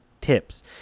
tips